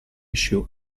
issue